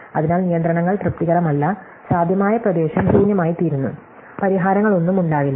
അതിനാൽ നിയന്ത്രണങ്ങൾ തൃപ്തികരമല്ല സാധ്യമായ പ്രദേശം ശൂന്യമായിത്തീരുന്നു പരിഹാരങ്ങളൊന്നും ഉണ്ടാകില്ല